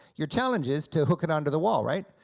your challenge is to hook it onto the wall, right.